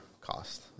cost